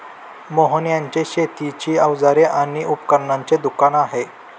मोहन यांचे शेतीची अवजारे आणि उपकरणांचे दुकान आहे